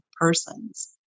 persons